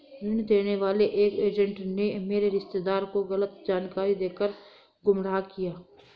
ऋण देने वाले एक एजेंट ने मेरे रिश्तेदार को गलत जानकारी देकर गुमराह किया